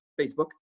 Facebook